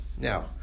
Now